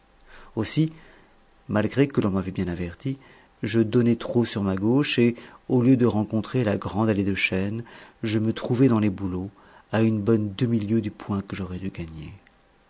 aussi malgré que l'on m'avait bien averti je donnai trop sur ma gauche et au lieu de rencontrer la grande allée de chênes je me trouvai dans les bouleaux à une bonne demi-lieue du point que j'aurais dû gagner